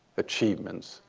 achievements,